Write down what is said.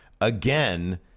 Again